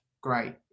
Great